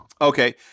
Okay